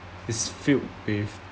is filled with